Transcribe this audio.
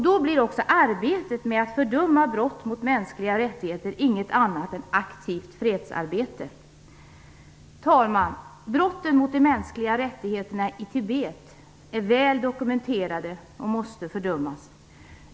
Då blir också arbetet med att fördöma brott mot mänskliga rättigheter inget annat än aktivt fredsarbete. Herr talman! Brotten mot de mänskliga rättigheterna i Tibet är väl dokumenterade och måste fördömas.